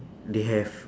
they have